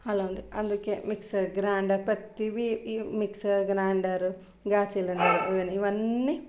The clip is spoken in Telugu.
అలా ఉంది అందుకే మిక్సర్ గ్రైండర్ ప్రతిదీ మిక్సర్ గ్రైండర్ గ్యాస్ సిలిండర్ ఇవన్నీ